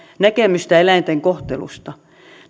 näkemystä eläinten kohtelusta